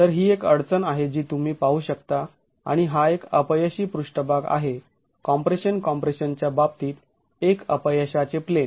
तर ही एक अडचण आहे जी तुम्ही पाहू शकता आणि हा एक अपयशी पृष्ठभाग आहे कॉम्प्रेशन कॉम्प्रेशन च्या बाबतीत एक अपयशाचे प्लेन